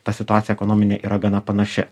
ta situacija ekonominė yra gana panaši